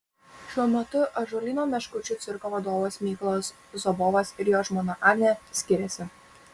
šiuo metu ąžuolyno meškučių cirko vadovas mykolas zobovas ir jo žmona agnė skiriasi